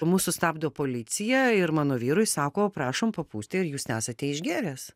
mus sustabdo policija ir mano vyrui sako prašom papūsti ar jūs nesate išgėręs